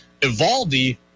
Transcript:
Evaldi